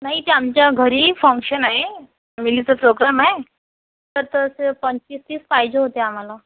नाही ते आमच्या घरी फंक्शन आहे विलूचा प्रोग्रॅम आहे तर तसं ते पंचवीस तीस पाहिजे होत्या आम्हाला